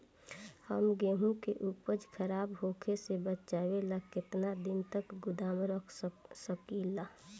हम गेहूं के उपज खराब होखे से बचाव ला केतना दिन तक गोदाम रख सकी ला?